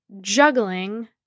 juggling